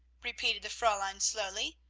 repeated the fraulein slowly.